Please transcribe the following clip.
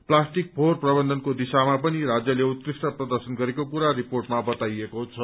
plastic फोहोर प्रबन्धनको दिशामा पनि राज्यले उत्कृष्ट प्रदर्शन गरेको कुरा रिपोर्टमा बताइएको छ